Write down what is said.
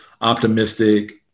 optimistic